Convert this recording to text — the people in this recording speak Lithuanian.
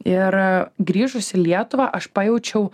ir grįžus į lietuvą aš pajaučiau